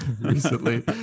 recently